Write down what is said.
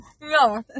No